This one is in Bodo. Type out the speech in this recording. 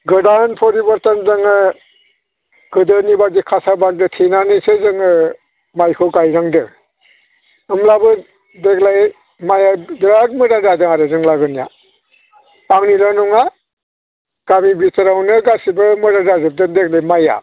गोदान परिबर्त'न जोङो गोदोनि बायदि खासा बान्दो थेनानैसो जोङो माइखौ गायनांदों होनब्लाबो देग्लाय माइआ बिराद मोजां जादों आरो जों लागोनिया आंनिल' नङा गामि भिटोरावनो गासैबो मोजां जाजोबोदों देग्लाय माइआ